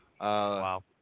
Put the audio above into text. Wow